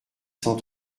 cent